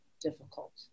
difficult